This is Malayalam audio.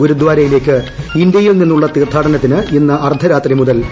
ഗുരുദാരയിലേയ്ക്ക് ഇന്ത്യയിൽ നിന്നുള്ള തീർത്ഥാടനത്തിന് ഇന്ന് അർദ്ധരാത്രി മുതൽ വിലക്ക്